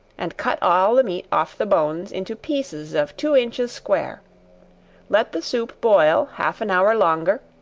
and cut all the meat off the bones into pieces of two inches square let the soup boil half an hour longer,